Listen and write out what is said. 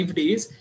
days